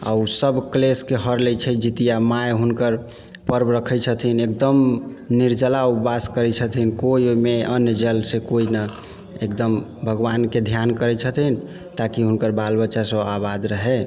आओर उ सब कलेशके हर लै छै जितिया माय हुनकर पर्व रखै छथिन एकदम निर्जला उपवास करै छथिन कोइ ओइमे अन्न जलसँ कोइ नहि एकदम भगवानके ध्यान करै छथिन ताकी हुनकर बाल बच्चा सब आबाद रहै